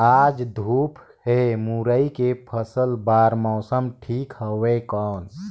आज धूप हे मुरई के फसल बार मौसम ठीक हवय कौन?